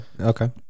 Okay